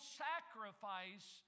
sacrifice